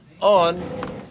on